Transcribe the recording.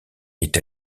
est